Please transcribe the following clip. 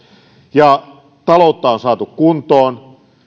ja taloutta on saatu kuntoon ja